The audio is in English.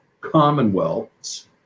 commonwealths